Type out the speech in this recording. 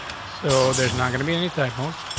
so there's not gonna be any typos.